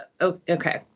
okay